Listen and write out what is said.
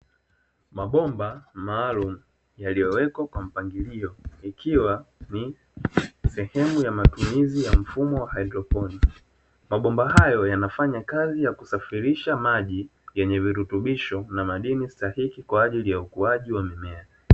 Mabomba maalumu yaliyowekwa kwa mpangilio, ikiwa ni sehemu ya matumizi ya mfumo wa haidroponi. Mabomba hayo yanafanya kazi ya kusafirisha maji yenye virutubisho na madini stahiki kwa ajili ya ukuaji wa mimea.